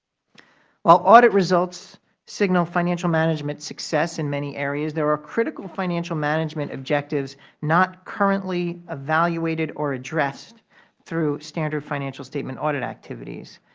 while audit results signal financial management success in many areas, there are critical financial management objectives not currently evaluated or addressed through standard financial statement audit activities.